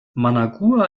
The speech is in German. managua